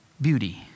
Beauty